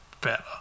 better